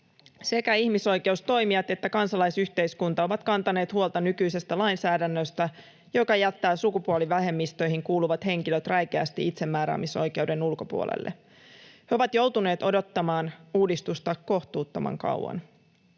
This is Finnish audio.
Sekä ihmisoikeustoimijat että kansalaisyhteiskunta ovat kantaneet huolta nykyisestä lainsäädännöstä, joka jättää sukupuolivähemmistöihin kuuluvat henkilöt räikeästi itsemääräämisoikeuden ulkopuolelle. He ovat joutuneet odottamaan uudistusta kohtuuttoman kauan.